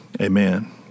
amen